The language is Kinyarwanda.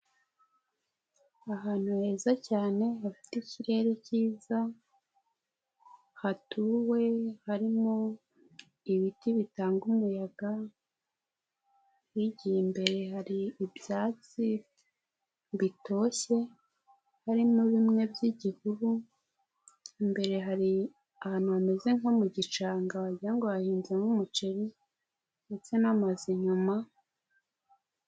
Ahantu heza cyane hafite ikirere cyiza, hatuwe harimo ibiti bitanga umuyaga, higiye imbere hari ibyatsi bitoshye harimo bimwe by'igihuru imbere hari ahantu hameze nko mu gishananga wagira ngo hahinzemo umuceri ndetse n'amazu nyuma,